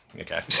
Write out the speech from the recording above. okay